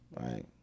Right